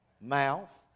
mouth